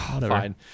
fine